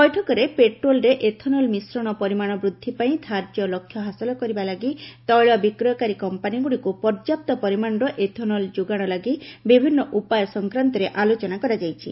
ବୈଠକରେ ପେଟ୍ରୋଲ୍ରେ ଏଥନଲ ମିଶ୍ରଣ ପରିମାଣ ବୃଦ୍ଧି ପାଇଁ ଧାର୍ଯ୍ୟ ଲକ୍ଷ୍ୟ ହାସଲ କରିବା ଲାଗି ତେିଳ ବିକ୍ରୟକାରୀ କମ୍ପାନିଗୁଡ଼ିକୁ ପର୍ଯ୍ୟାପ୍ତ ପରିମାଶର ଏଥନଲ୍ ଯୋଗାଣ ଲାଗି ବିଭିନ୍ନ ଉପାୟ ସଂକ୍ରାନ୍ତରେ ଆଲୋଚନା କରାଯାଇଛି